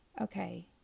Okay